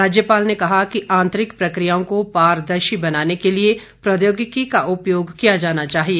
राज्यपाल ने कहा कि आंतरिक प्रकियाओं को पारदर्शी बनाने के लिए प्रौद्योगिकी का उपयोग किया जाना चाहिए